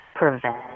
Prevent